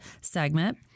segment